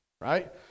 right